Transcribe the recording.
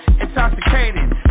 Intoxicated